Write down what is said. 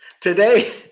Today